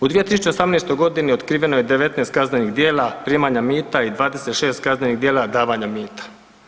U 2018. godini otkriveno je 19 kaznenih djela primanja mira i 26 kaznenih djela davanja mita.